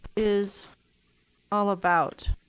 is all about.